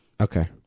okay